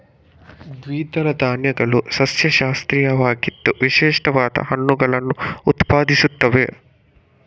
ದ್ವಿದಳ ಧಾನ್ಯಗಳು ಸಸ್ಯಶಾಸ್ತ್ರೀಯವಾಗಿ ವಿಶಿಷ್ಟವಾದ ಹಣ್ಣುಗಳನ್ನು ಉತ್ಪಾದಿಸುತ್ತವೆ